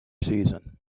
season